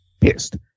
pissed